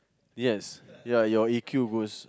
yes ya your E_Q goes